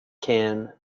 can